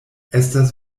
estas